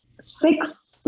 six